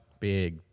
Big